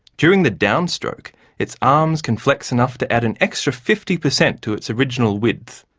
during the downstroke its arms can flex enough to add an extra fifty percent to its original width.